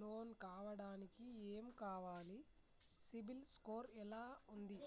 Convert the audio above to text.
loan కావడానికి ఏమి కావాలి సిబిల్ స్కోర్ ఎలా ఉంది